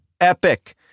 epic